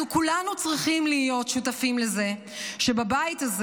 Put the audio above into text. אנחנו כולנו צריכים להיות שותפים לזה שבבית הזה